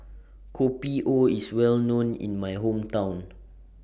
Kopi O IS Well known in My Hometown